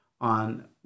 on